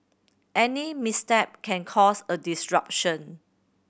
any misstep can cause a disruption